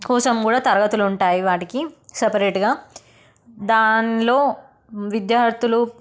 కోసం కూడా తరగతులు ఉంటాయి వాటికి సపరేట్గా దానిలో విద్యార్థులు